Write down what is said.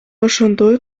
ошондой